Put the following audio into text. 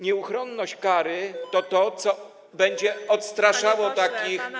Nieuchronność kary to to, co będzie odstraszało takich ludzi.